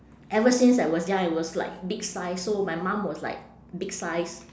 ever since I was young I was like big size so my mom was like big size